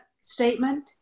statement